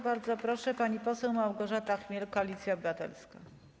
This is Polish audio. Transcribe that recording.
Bardzo proszę, pani poseł Małgorzata Chmiel, Koalicja Obywatelska.